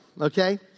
Okay